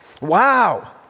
Wow